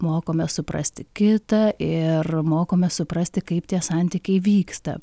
mokome suprasti kitą ir mokome suprasti kaip tie santykiai vyksta